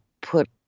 put